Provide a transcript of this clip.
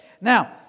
Now